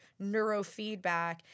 neurofeedback